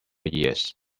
years